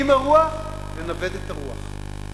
עם הרוח לנווט את הרוח.